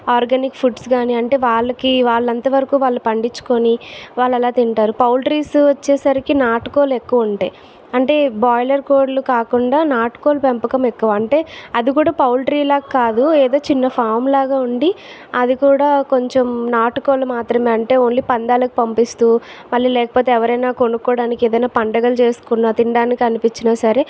organic foods కాని అంటే వాళ్లకి వాళ్లంతా వరకు వాళ్లు పండించుకొని వాళ్ళు అలా తింటారు పౌల్ట్రీస్ వచ్చేసరికి నాటు కోళ్లు ఎక్కువ ఉంటాయి అంటే బాయిలర్ కోళ్లు కాకుండా నాటు కోళ్ల పెంపకం ఎక్కువ అంటే అది కూడా పౌల్ట్రీ లా కాదు ఏదో చిన్న ఫామ్ లాగా ఉండి అది కూడా కొంచెం నాటు కోళ్లు మాత్రమే అంటే ఓన్లీ పందెంలకు పంపిస్తూ మళ్ళీ లేకపోతే ఎవరైనా కొనుక్కోడానికి ఏదైనా పండగలు చేసుకున్నా తినడానికి అనిపించినా సరే